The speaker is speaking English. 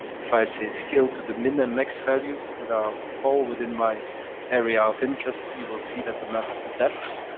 if i say scale to the min and max values that ah fall within my area of interest, you will see that the map adapts,